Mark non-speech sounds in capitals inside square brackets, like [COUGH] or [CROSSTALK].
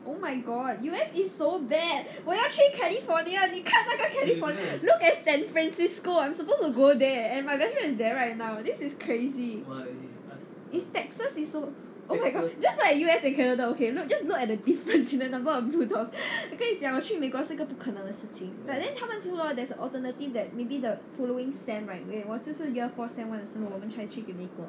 oh my god U_S is so bad 我要去 california 你看那个 california look at san francisco I'm supposed to go there and my best friend is there right now this is crazy it's taxes is so oh my god just look at U_S and canada okay just look at the difference [LAUGHS] in the number of blue dots 我跟你讲我去美国是个不可能的事情 but then 他们说 there's an alternative that maybe the following sem when 我就是 year four sem one 的时候我们才去美国